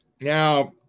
Now